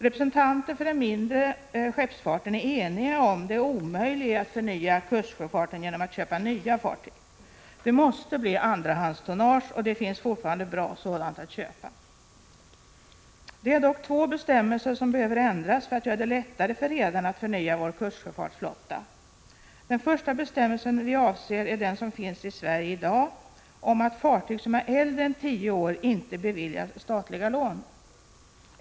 Representanter för den mindre skeppsfarten är eniga om det omöjliga i att förnya kustsjöflottan genom. att köpa in nya fartyg. Det måste bli andrahandstonnage, och det finns fortfarande bra sådant att köpa. Det är dock två bestämmelser som behöver ändras för att göra det lättare för redarna att förnya vår kustsjöflotta. 51 Den första bestämmelsen vi avser är den som finns i Sverige i dag om att fartyg som är äldre än 10 år inte beviljas statliga lån.